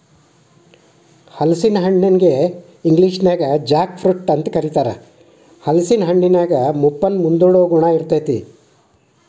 ಹಲಸಿನ ಹಣ್ಣನ ಇಂಗ್ಲೇಷನ್ಯಾಗ ಜಾಕ್ ಫ್ರೂಟ್ ಅಂತ ಕರೇತಾರ, ಹಲೇಸಿನ ಹಣ್ಣಿನ್ಯಾಗ ಮುಪ್ಪನ್ನ ಮುಂದೂಡುವ ಗುಣ ಇರ್ತೇತಿ